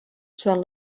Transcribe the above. són